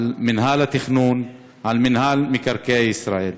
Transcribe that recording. על מינהל התכנון, על מינהל מקרקעי ישראל,